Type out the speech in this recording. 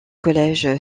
collège